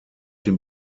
dem